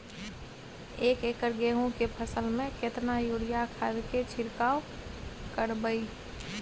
एक एकर गेहूँ के फसल में केतना यूरिया खाद के छिरकाव करबैई?